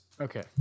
Okay